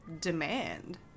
demand